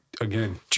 again